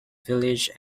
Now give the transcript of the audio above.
village